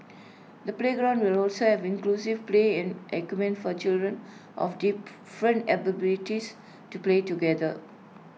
the playground will also have inclusive playing equipment for children of different abilities to play together